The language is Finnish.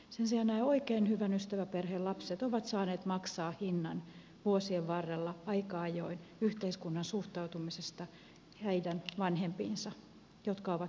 sen sijaan nämä oikein hyvän ystäväperheen lapset ovat saaneet maksaa hinnan vuosien varrella aika ajoin yhteiskunnan suhtautumisesta heidän vanhempiinsa jotka ovat molemmat naisia